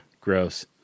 Gross